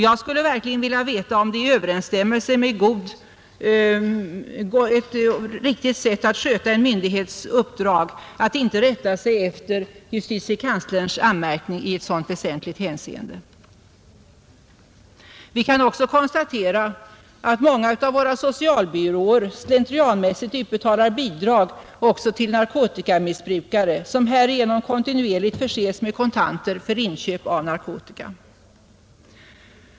Jag skulle verkligen vilja veta om det är i överensstämmelse med ett riktigt sätt att sköta en myndighets uppdrag att komma till rätta med narkotikaproblemet att komma till rätta med narkotikaproblemet att inte rätta sig efter justitiekanslerns anmärkning i ett sådant väsentligt hänseende. Vi kan också konstatera att många av våra socialbyråer slentrianmässigt utbetalar bidrag också till narkotikamissbrukare, som härigenom kontinuerligt förses med kontanter för inköp av narkotika.